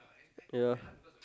ya